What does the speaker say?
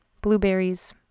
blueberries